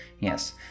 Yes